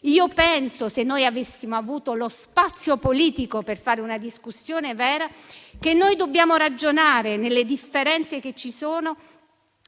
materia. Se noi avessimo avuto lo spazio politico per fare una discussione vera, penso che avremmo dovuto ragionare, nelle differenze che esistono,